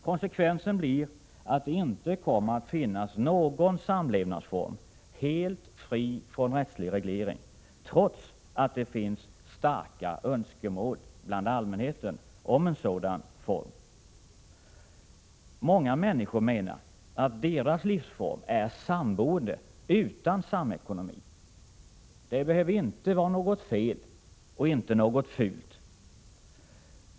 Konsekvensen blir att det inte kommer att finnas någon samlevnadsform helt fri från rättslig reglering, trots att det finns starka önskemål bland allmänheten om en sådan form. Många människor menar att deras livsform är samboende utan samekonomi. Det behöver inte vara något fel och inte något fult.